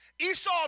Esau